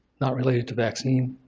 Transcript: not related to vaccine.